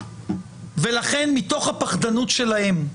215. מתוך הפחדנות שלהם,